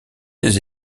ses